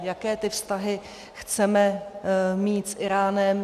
Jaké vztahy chceme mít s Íránem?